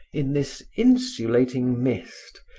in this insulating mist,